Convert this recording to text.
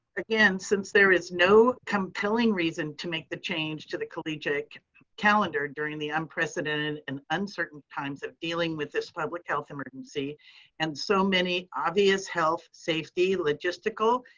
again, since there is no compelling reason to make the change to the collegiate calendar during the unprecedented and uncertain times of dealing with this public health emergency and so many obvious health, safety, logistical,